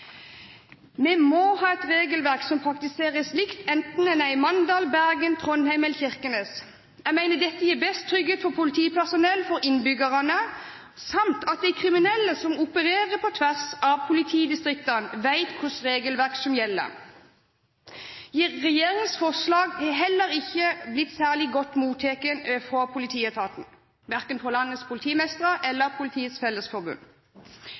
Vi må ha et regelverk som praktiseres likt enten man er i Mandal, i Bergen, i Trondheim eller i Kirkenes. Jeg mener at dette gir best trygghet for politipersonell og for innbyggerne, samt at de kriminelle som opererer på tvers av politidistriktene, vet hvilket regelverk som gjelder. Regjeringens forslag har heller ikke blitt særlig godt mottatt av politietaten, verken av landets politimestre